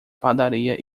padaria